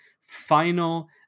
final